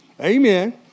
Amen